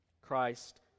Christ